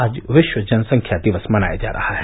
आज विश्व जनसंख्या दिवस मनाया जा रहा है